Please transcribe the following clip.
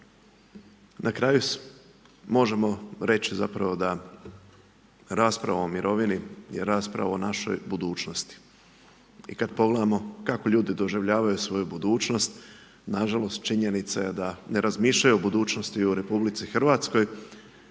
Na kraju možemo reći zapravo da rasprava o mirovini je rasprava o našoj budućnosti. I kad pogledamo kako ljudi doživljavaju svoju budućnost, nažalost činjenica je da ne razmišljaju o budućnosti u RH. Činjenica je